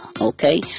Okay